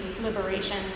liberation